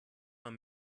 man